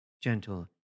gentle